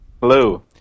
hello